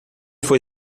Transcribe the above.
foi